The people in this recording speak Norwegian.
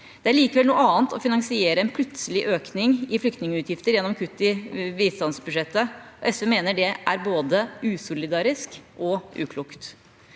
Det er likevel noe annet å finansiere en plutselig økning i flyktningutgifter gjennom kutt i bistandsbudsjettet. SV mener det er både usolidarisk og uklokt.